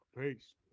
Peace